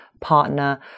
partner